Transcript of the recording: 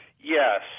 Yes